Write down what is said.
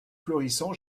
florissant